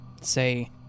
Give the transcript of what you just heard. say